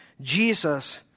Jesus